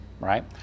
right